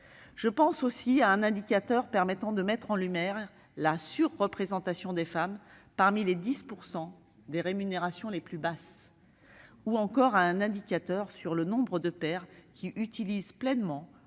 Je pense notamment à un indicateur permettant de mettre en lumière la surreprésentation des femmes parmi les 10 % des rémunérations les plus basses, ou encore à un autre sur le nombre de pères qui utilisent pleinement